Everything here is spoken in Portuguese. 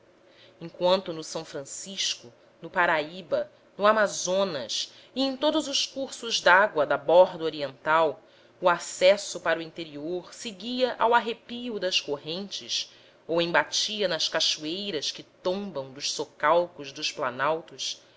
enquanto no s francisco no parnaíba no amazonas e em todos os cursos dágua da borda oriental o acesso para o interior seguia ao arrepio das correntes ou embatia nas cachoeiras que tombam dos socalcos dos planaltos